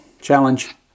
challenge